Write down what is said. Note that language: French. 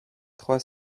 trois